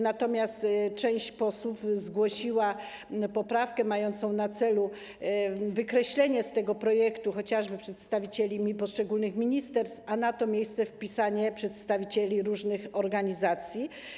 Natomiast część posłów zgłosiła poprawkę mającą na celu wykreślenie z tego projektu chociażby przedstawicieli poszczególnych ministerstw, a na to miejsce wpisanie przedstawicieli różnych organizacji.